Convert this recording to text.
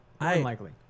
Unlikely